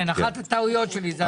כן, אחת הטעויות שלי זה הנומרטור.